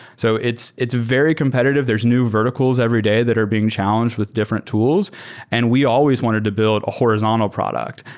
so it's it's very competitive. there're new verticals every day that are being challenged with different tools and we always wanted to build a horizontal product.